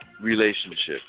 relationships